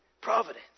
providence